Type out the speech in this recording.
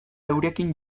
eurekin